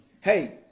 hey